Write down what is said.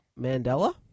Mandela